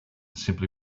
simply